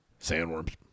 sandworms